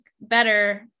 better